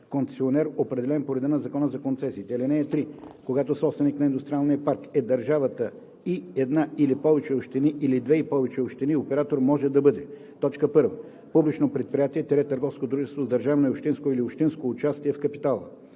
концесионер, определен по реда на Закона за концесиите. (3) Когато собственик на индустриалния парк е държавата и една или повече общини, или две и повече общини, оператор може да бъде: 1. публично предприятие – търговско дружество с държавно и общинско или с общинско